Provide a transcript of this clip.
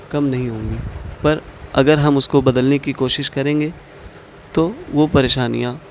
کم نہیں ہوں گی پر اگر ہم اس کو بدلنے کی کوشش کریں گے تو وہ پریشانیاں